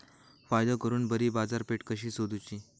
फायदो करून बरी बाजारपेठ कशी सोदुची?